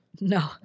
No